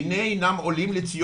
הזום הוא אך ורק לציבור הרחב.